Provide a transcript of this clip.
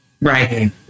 right